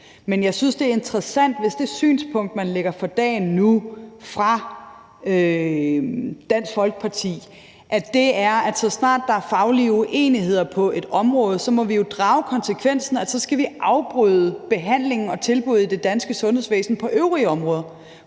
men jeg synes, det er interessant, hvis det synspunkt, man lægger for dagen nu fra Dansk Folkepartis side, er, at så snart der er faglige uenigheder på et område, må vi drage den konsekvens, at så skal vi afbryde behandlingen og tilbuddet i det danske sundhedsvæsen på øvrige områder.